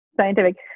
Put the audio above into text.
scientific